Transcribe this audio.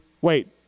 Wait